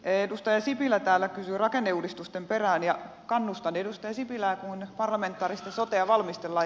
edustaja sipilä täällä kysyi rakenneuudistusten perään ja kannustan edustaja sipilää kun parlamentaarista sotea valmistellaan